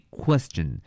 question